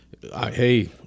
Hey